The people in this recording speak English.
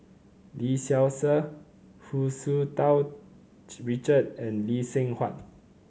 Lee Seow Ser Hu Tsu Tau Richard and Lee Seng Huat